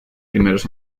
primeros